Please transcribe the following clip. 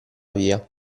via